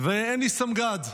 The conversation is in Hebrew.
ואין לי סמג"ד,